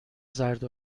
زرد